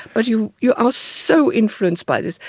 but you you are so influenced by this.